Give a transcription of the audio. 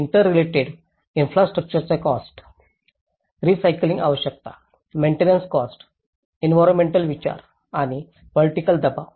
inter related इन्फ्रास्ट्रउच्चरचा cost recycling आवश्यकता maintenance cost environment विचार आणि पोलिटिकल दबाव